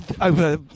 over